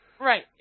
Right